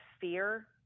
fear